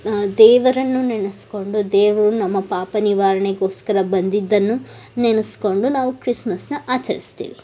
ದೇವರನ್ನು ನೆನಸಿಕೊಂಡು ದೇವರು ನಮ್ಮ ಪಾಪ ನಿವಾರಣೆಗೋಸ್ಕರ ಬಂದಿದ್ದನ್ನು ನೆನಸಿಕೊಂಡು ನಾವು ಕ್ರಿಸ್ಮಸನ್ನು ಆಚರಿಸ್ತೀವಿ